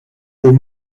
aux